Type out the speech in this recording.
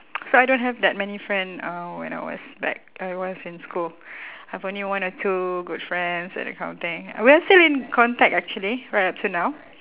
so I don't have that many friend uh when I was back I was in school I've only one or two good friends that kind of thing we are still in contact actually right up to now